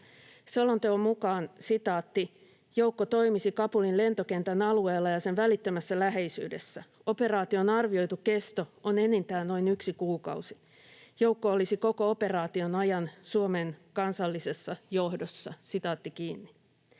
Selonteon mukaan: ”Joukko toimisi Kabulin lentokentän alueella ja sen välittömässä läheisyydessä. Operaation arvioitu kesto on enintään noin yksi kuukausi. Joukko olisi koko operaation ajan Suomen kansallisessa johdossa.” Kun sotilaita